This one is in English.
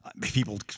people